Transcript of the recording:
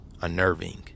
unnerving